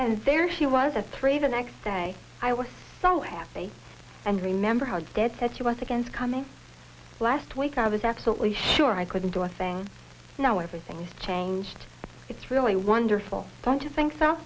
and there she was at three the next day i was so happy and remember her dad said she was against coming last week i was absolutely sure i couldn't do a thing now everything has changed it's really wonderful don't you think